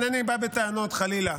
אינני בא בטענות, חלילה.